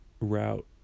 route